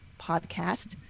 podcast